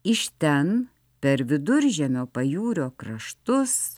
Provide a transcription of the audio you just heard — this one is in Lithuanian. iš ten per viduržemio pajūrio kraštus